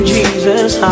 Jesus